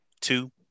two